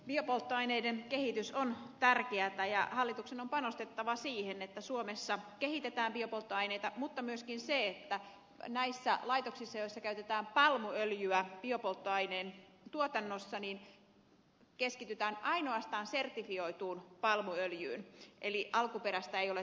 biopolttoaineiden kehitys on tärkeätä ja hallituksen on panostettava siihen että suomessa kehitetään biopolttoaineita mutta myöskin on huomioitava se että näissä laitoksissa joissa käytetään palmuöljyä biopolttoaineen tuotannossa keskitytään ainoastaan sertifioituun palmuöljyyn eli alkuperästä ei ole tällöin sitten huolta